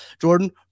Jordan